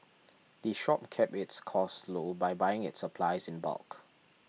the shop keeps its costs low by buying its supplies in bulk